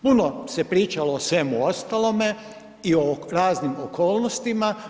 Puno se pričalo o svemu ostalome i o raznim okolnostima.